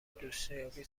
دوستیابی